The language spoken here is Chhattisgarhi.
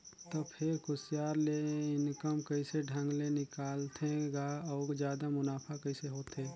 त फेर कुसियार ले इनकम कइसे ढंग ले निकालथे गा अउ जादा मुनाफा कइसे होथे